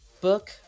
book